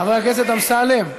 חבר הכנסת אמסלם.